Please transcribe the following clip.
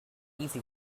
easy